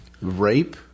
rape